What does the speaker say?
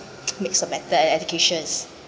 makes a better ed~ educations